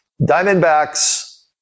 diamondbacks